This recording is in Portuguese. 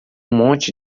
monte